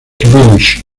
village